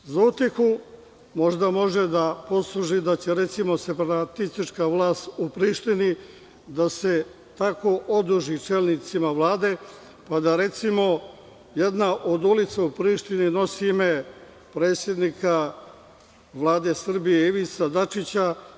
Za utehu, možda može da posluži da će recimo separatistička vlast u Prištini, da se tako oduži čelnicima Vlade, pa da recimo jedna od ulica u Prištini, nosi ime predsednika Vlade Srbije Ivice Dačića.